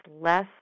less